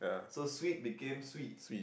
so sweet became swee